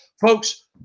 Folks